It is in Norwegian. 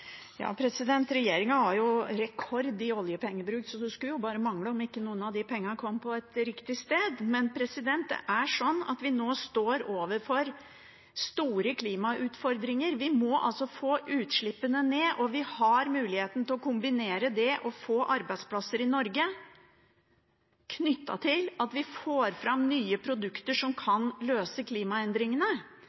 har rekord i oljepengebruk, så det skulle jo bare mangle at ikke noen av de pengene kom på et riktig sted. Men nå står vi overfor store klimautfordringer. Vi må få utslippene ned, og vi har muligheten til å kombinere dette med å få arbeidsplasser i Norge, knyttet til at vi får fram nye produkter som kan løse klimaendringene.